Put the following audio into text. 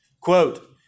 quote